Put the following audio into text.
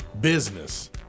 business